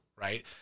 right